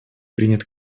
принят